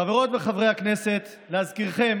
חברות וחברי הכנסת, להזכירכם